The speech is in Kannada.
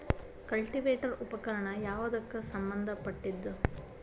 ಕಲ್ಟಿವೇಟರ ಉಪಕರಣ ಯಾವದಕ್ಕ ಸಂಬಂಧ ಪಟ್ಟಿದ್ದು?